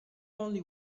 only